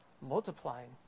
multiplying